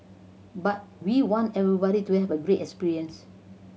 but we want everybody to have a great experience